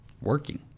working